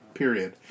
period